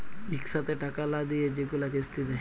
ইকসাথে টাকা লা দিঁয়ে যেগুলা কিস্তি দেয়